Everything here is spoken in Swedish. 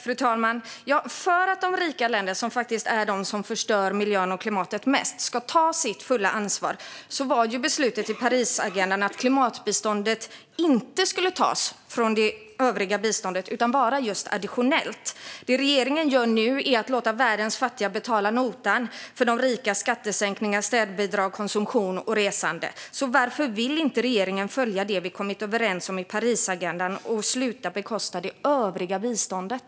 Fru talman! För att de rika länderna, som faktiskt förstör miljön och klimatet mest, ska ta sitt ansvar beslutades i Parisagendan att detta bistånd inte skulle tas från övrigt bistånd utan vara just additionellt. Det regeringen nu gör är att låta världens fattiga betala notan för de rikas skattesänkningar, städbidrag, konsumtion och resande. Varför vill regeringen inte följa det vi kommit överens om i Parisagendan och sluta belasta det övriga biståndet?